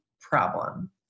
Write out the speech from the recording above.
problem